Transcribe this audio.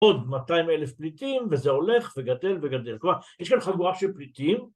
‫עוד 200 אלף פליטים, ‫וזה הולך וגדל וגדל. ‫כלומר, יש כאן חגורה של פליטים...